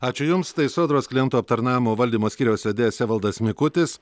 ačiū jums tai sodros klientų aptarnavimo valdymo skyriaus vedėjas evaldas mikutis